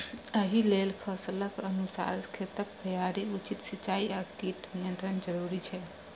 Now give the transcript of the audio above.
एहि लेल फसलक अनुसार खेतक तैयारी, उचित सिंचाई आ कीट नियंत्रण जरूरी छै